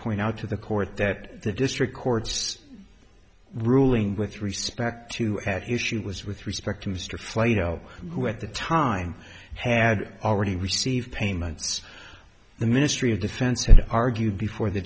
point out to the court that the district courts ruling with respect to that issue was with respect to mr flatow who at the time had already received payments the ministry of defense had argued before the